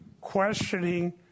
questioning